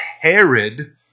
Herod